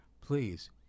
Please